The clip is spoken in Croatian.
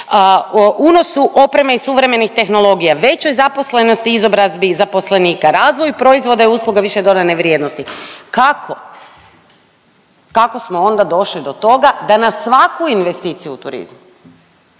unosu opreme i suvremenih tehnologija, većoj zaposlenosti izobrazbi zaposlenika, razvoj proizvoda i usluga više dodane vrijednosti. Kako? Kako smo onda došli do toga da na svaku investiciju u turizmu